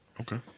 Okay